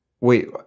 Wait